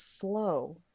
slow